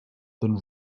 than